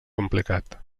complicat